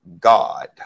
God